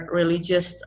religious